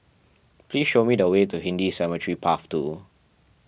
please show me the way to Hindu Cemetery Path two